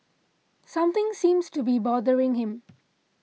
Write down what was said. something seems to be bothering him